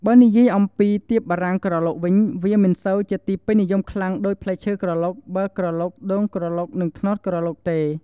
បើនិយាយអំពីទៀបបារាំងក្រឡុកវិញ វាមិនសូវជាទីពេញនិយមខ្លាំងដូច ផ្លែឈើក្រឡុក ប័រក្រឡុក ដូងក្រឡុក និងត្នោតក្រឡុកទេ។